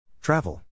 Travel